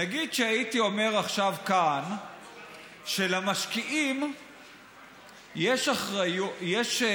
נגיד שהייתי אומר עכשיו כאן שלמשקיעים יש אחריות